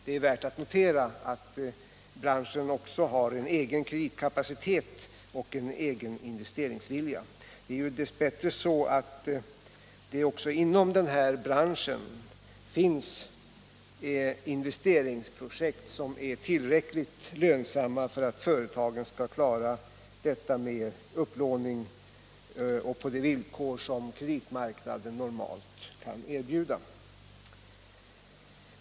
Det är värt att notera att branschen har en egen kreditkapacitet och en egen investeringsvilja. Det är ju dess bättre så att det också inom denna bransch finns investeringsprojekt som är tillräckligt lönsamma för att företagen skall klara dessa med upplåning på de villkor kreditmarknaden normalt kan erbjuda.